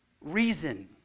reason